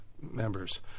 members